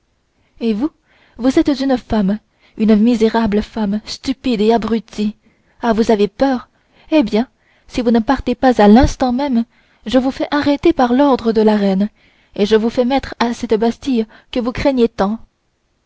et vous vous êtes une femme une misérable femme stupide et abrutie ah vous avez peur eh bien si vous ne partez pas à l'instant même je vous fais arrêter par l'ordre de la reine et je vous fais mettre à cette bastille que vous craignez tant